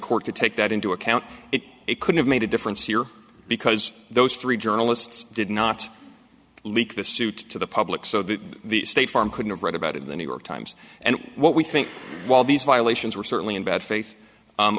court to take that into account it could have made a difference here because those three journalists did not leak the suit to the public so that the state farm couldn't have read about it in the new york times and what we think while these violations were certainly in bad fa